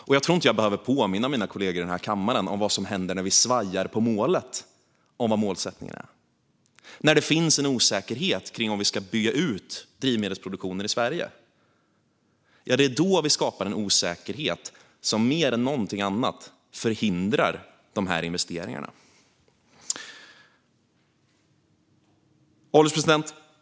Jag tror inte att jag behöver påminna mina kollegor här i kammaren om vad som händer när vi svajar på målet eller om vad vår målsättning är. Om det finns en osäkerhet huruvida vi ska bygga ut drivmedelsproduktionen i Sverige skapar vi en osäkerhet som mer än någonting annat förhindrar sådana investeringar. Herr ålderspresident!